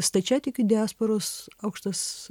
stačiatikių diasporos aukštas